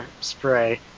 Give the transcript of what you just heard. Spray